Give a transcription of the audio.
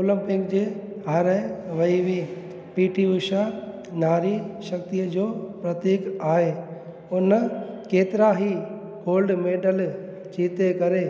Olympic जे हारे वई हुई पी टी उषा नारी शक्तिअ जो प्रतीक आहे हुन केतिरा ई गोल्ड मेडल जीते करे